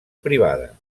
privada